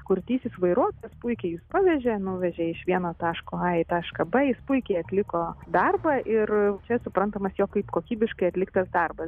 kurtysis vairuotojas puikiai pavežė nuvežė iš vieno taško a į tašką b jis puikiai atliko darbą ir čia suprantamas jo kaip kokybiškai atliktas darbas